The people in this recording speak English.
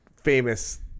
famous